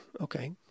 okay